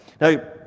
Now